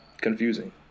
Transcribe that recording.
confusing